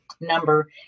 number